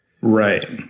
Right